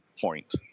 point